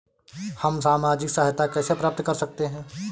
हम सामाजिक सहायता कैसे प्राप्त कर सकते हैं?